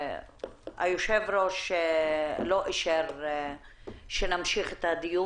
יושב ראש הכנסת לא מסכים שנמשיך את הדיון